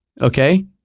Okay